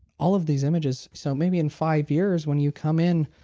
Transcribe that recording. all of these images, so maybe in five years when you come in,